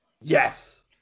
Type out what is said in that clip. Yes